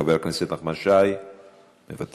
חבר הכנסת נחמן שי, מוותר,